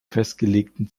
festgelegten